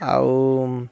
ଆଉ